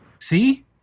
See